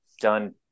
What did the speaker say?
done